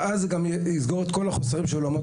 ואז זה גם יסגור את כל החוסרים של אולמות